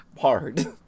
hard